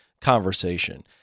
conversation